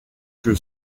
que